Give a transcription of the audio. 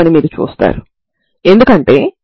అదేవిధంగా Xb0 నాకు c1eμbc2e μb0 ని ఇస్తుంది సరేనా